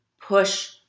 push